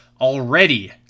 already